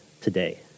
today